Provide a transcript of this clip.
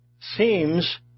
seems